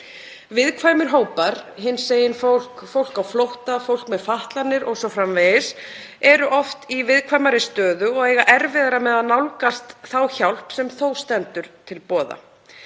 Viðkvæmir hópar, hinsegin fólk á flótta og fólk með fatlanir o.s.frv., eru oft í viðkvæmari stöðu og eiga erfiðara með að nálgast þá hjálp sem þó stendur til boða.